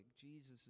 Jesus